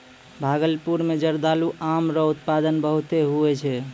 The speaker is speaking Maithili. भागलपुर मे जरदालू आम रो उत्पादन बहुते हुवै छै